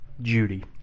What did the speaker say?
Judy